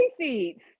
seeds